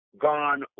gone